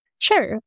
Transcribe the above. Sure